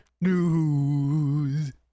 news